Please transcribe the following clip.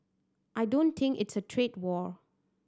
I don't think it's a trade war